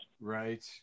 Right